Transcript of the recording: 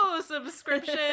subscription